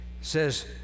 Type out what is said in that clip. says